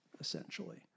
essentially